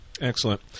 Excellent